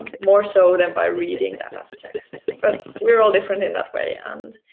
more so than by reading that as text. but we are all different in that way, and